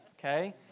Okay